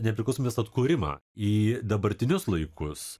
nepriklausomybės atkūrimą į dabartinius laikus